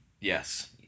Yes